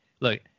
look